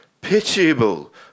pitiable